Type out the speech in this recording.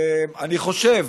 אני חושב